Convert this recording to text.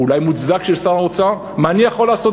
אולי מוצדק, של שר האוצר: מה אני יכול לעשות?